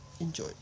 enjoy